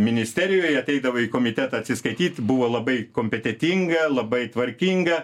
ministerijoje ateidavo į komitetą atsiskaityt buvo labai kompetentinga labai tvarkinga